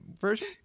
version